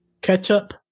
ketchup